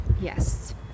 Yes